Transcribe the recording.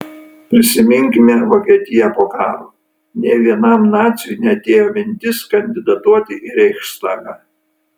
prisiminkime vokietiją po karo nė vienam naciui neatėjo mintis kandidatuoti į reichstagą